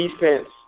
Defense